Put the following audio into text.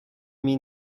mean